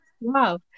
Wow